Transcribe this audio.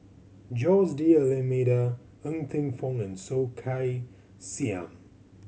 Jose D'Almeida Ng Teng Fong and Soh Kay Siang